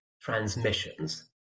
transmissions